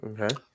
Okay